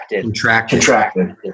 contracted